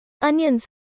Onions